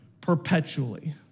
perpetually